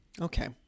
Okay